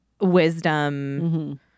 wisdom